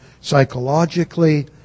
psychologically